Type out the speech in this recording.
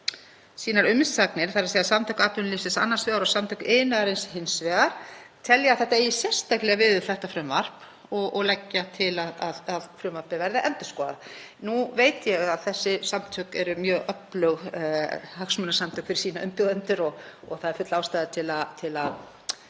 með umsagnir, Samtök atvinnulífsins annars vegar og Samtök iðnaðarins hins vegar, telja að þetta eigi sérstaklega við þetta frumvarp og leggja til að það verði endurskoðað. Nú veit ég að þessi samtök eru mjög öflug hagsmunasamtök fyrir sína umbjóðendur og það er full ástæða til að